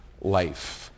life